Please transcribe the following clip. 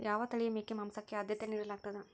ಯಾವ ತಳಿಯ ಮೇಕೆ ಮಾಂಸಕ್ಕೆ, ಆದ್ಯತೆ ನೇಡಲಾಗ್ತದ?